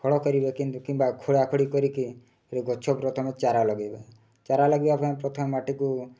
ଫଳ କରିବେ କିନ୍ତୁ କିମ୍ବା ଖୋଳା ଖୋଡ଼ି କରିକି ଗଛ ପ୍ରଥମେ ଚାରା ଲଗାଇବେ ଚାରା ଲଗାଇବା ପାଇଁ ପ୍ରଥମେ ମାଟିକୁ